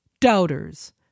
doubters